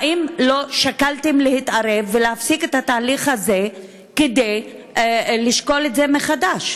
האם לא שקלתם להתערב ולהפסיק את התהליך הזה כדי לשקול את זה מחדש?